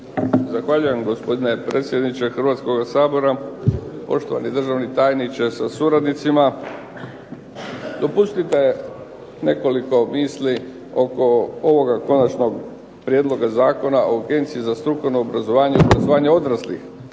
Zahvaljujem gospodine predsjedniče Hrvatskoga sabora, poštovani državni tajniče sa suradnicima. Dopustite nekoliko misli oko ovoga konačnog prijedloga Zakona o Agenciji za strukovno obrazovanje i obrazovanje odraslih.